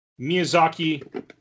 Miyazaki